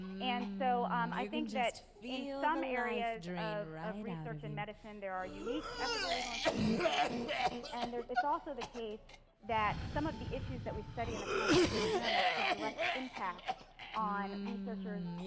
and so i think that in some areas of of research and medicine, there are unique ethical, legal and social implications and it's also the case that some of the issues that we study in the context of genomics have direct impact on researchers,